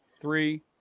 three